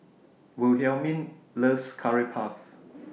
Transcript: Wilhelmine loves Curry Puff